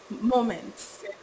moments